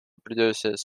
produces